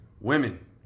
Women